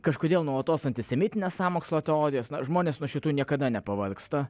kažkodėl nuolatos antisemitinės sąmokslo teorijos na žmonės nuo šitų niekada nepavargsta